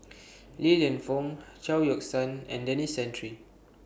Li Lienfung Chao Yoke San and Denis Santry